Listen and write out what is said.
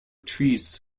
trees